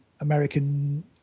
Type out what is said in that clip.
American